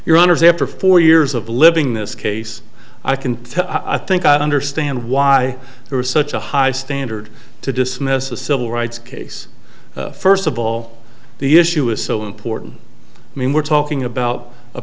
your honor is after four years of living in this case i can i think i understand why there is such a high standard to dismiss a civil rights case first of all the issue is so important i mean we're talking about a